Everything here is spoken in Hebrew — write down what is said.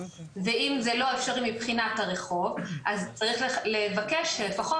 ואם זה לא אפשרי מבחינת הרחוב אז צריך לבקש שלפחות